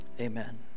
Amen